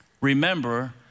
remember